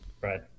Right